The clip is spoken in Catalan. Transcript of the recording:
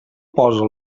posa